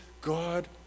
god